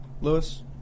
Lewis